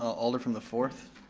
alder from the fourth.